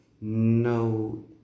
No